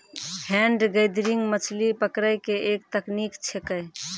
hand gathering मछली पकड़ै के एक तकनीक छेकै